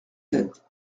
sept